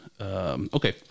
Okay